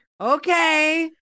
okay